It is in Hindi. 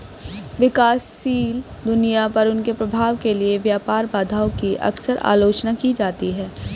विकासशील दुनिया पर उनके प्रभाव के लिए व्यापार बाधाओं की अक्सर आलोचना की जाती है